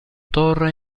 torre